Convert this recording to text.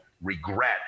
regret